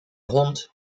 hond